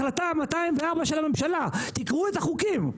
החלטה 204 של הממשלה, תקראו את החוקים.